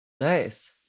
nice